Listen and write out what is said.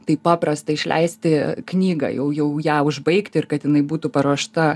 taip paprasta išleisti knygą jau jau ją užbaigti ir kad jinai būtų paruošta